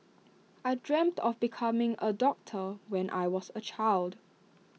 I dreamt of becoming A doctor when I was A child